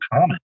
common